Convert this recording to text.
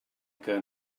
que